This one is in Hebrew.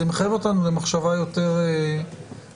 זה מחייב אותנו למחשבה יותר מעמיקה.